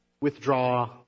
withdraw